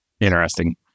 interesting